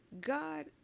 God